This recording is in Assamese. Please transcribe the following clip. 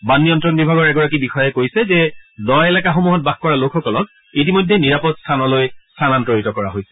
বান নিয়ন্তণ বিভাগৰ এগৰাকী বিষয়াই কৈছে যে দ এলেকাসমূহত বাস কৰা লোকসকলক ইতিমধ্যে নিৰাপদ স্থানলৈ স্থানান্তৰিত কৰা হৈছে